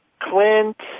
Clint